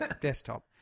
desktop